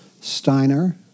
Steiner